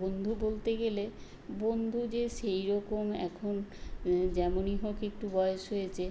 বন্ধু বলতে গেলে বন্ধু যে সেইরকম এখন যেমনই হোক একটু বয়স হয়েছে